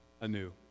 anew